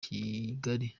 kigali